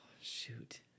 shoot